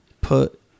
put